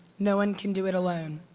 no one can do it alone.